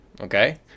okay